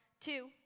two